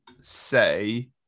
say